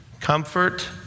Comfort